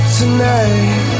tonight